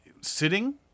Sitting